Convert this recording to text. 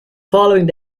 following